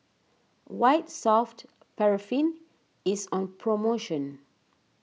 White Soft Paraffin is on promotion